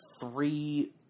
three